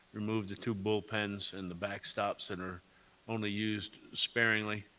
remove the two bull pens and the backstops that are only used sparingly